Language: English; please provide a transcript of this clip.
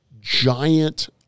giant